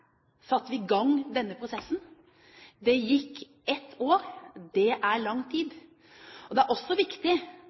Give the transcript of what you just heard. satte vi i gang denne prosessen. Det gikk ett år – det er lang tid. Det er også viktig